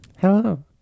Hello